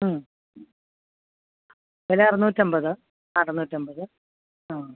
വില അറുന്നൂറ്റി അമ്പത് അറുന്നൂറ്റി അമ്പത് ആ